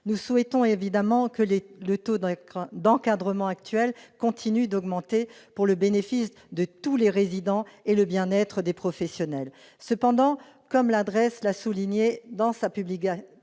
Nous souhaitons évidemment que le taux d'encadrement actuel continue d'augmenter pour le bénéfice de tous les résidents et le bien-être des professionnels. Cependant, comme la DREES l'a souligné dans sa publication